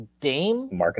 Dame